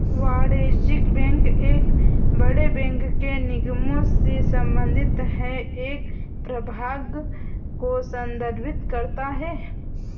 वाणिज्यिक बैंक एक बड़े बैंक के निगमों से संबंधित है एक प्रभाग को संदर्भित करता है